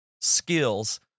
skills